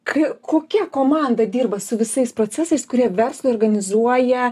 kai kokia komanda dirba su visais procesais kurie verslui organizuoja